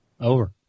Over